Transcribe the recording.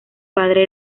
padre